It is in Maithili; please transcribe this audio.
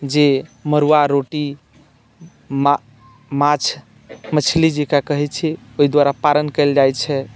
जे मड़ुआ रोटी मा माछ मछली जकरा कहैत छै ओहि द्वारा पारण कयल जाइत छै